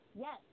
Yes